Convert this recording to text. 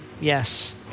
yes